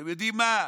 אתם יודעים מה,